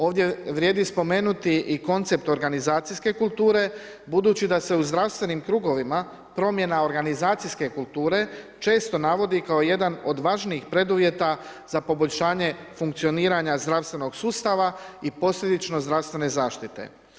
Ovdje vrijedi spomenuti i koncept organizacijske kulture budući da se u zdravstvenim krugovima promjena organizacijske kulture često navodi kao jedan od važnijih preduvjeta za poboljšanje funkcioniranja zdravstvenog sustava i posredično zdravstvene zaštite.